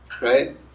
Right